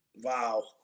Wow